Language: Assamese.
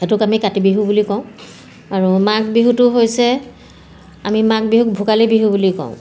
সেইটোক আমি কাতি বিহু বুলি কওঁ আৰু মাঘ বিহুটো হৈছে আমি মাঘ বিহুক ভোগালী বিহু বুলি কওঁ